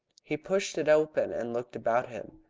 he pushed it open and looked about him.